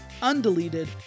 undeleted